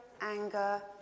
anger